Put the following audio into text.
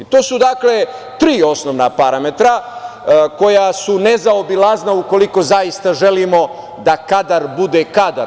To su dakle tri osnovna parametra koja su nezaobilazna ukoliko zaista želimo da kadar bude kadar.